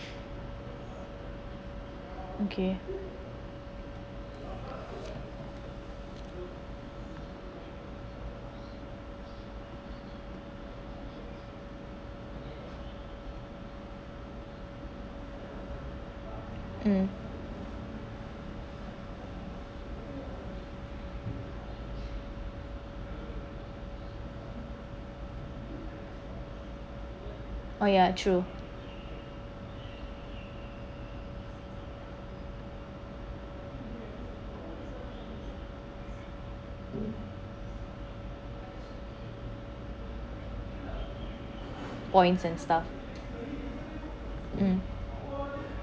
okay um oh ya true point and stuff um